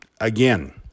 Again